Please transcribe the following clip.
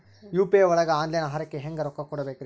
UPI ಒಳಗ online ಆಹಾರಕ್ಕೆ ಹೆಂಗ್ ರೊಕ್ಕ ಕೊಡಬೇಕ್ರಿ?